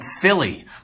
Philly